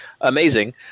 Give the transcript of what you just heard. amazing